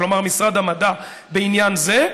כלומר משרד המדע בעניין זה,